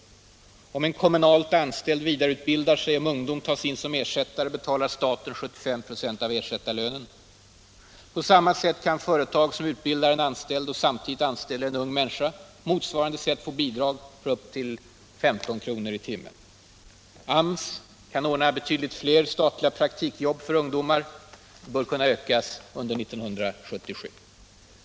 Om kommunalt anställda vidareutbildar sig och ungdomar tas in som ersättare betalar staten 75 96 av ersättarlönen. På samma sätt kan företag som utbildar en anställd och samtidigt anställer en ung människa få bidrag på upp till 15 kr. per timme. AMS kan ordna betydligt fler statliga praktikjobb för ungdomar. Antalet bör kunna ökas under 1977.